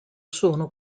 sono